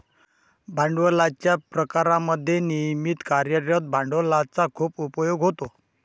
भांडवलाच्या प्रकारांमध्ये नियमित कार्यरत भांडवलाचा खूप उपयोग होतो